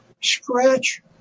scratch